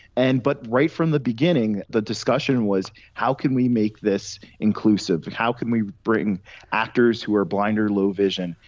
and but right from the beginning, the discussion was how can we make this inclusive, how can we bring actors who are blind or low vision.